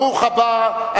ברוך הבא,